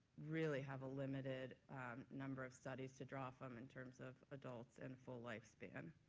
really have a limited number of studies to draw from in terms of adults and full lifespan,